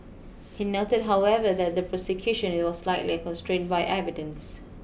he noted however that the prosecution was likely constrained by evidence